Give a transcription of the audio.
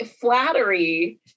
Flattery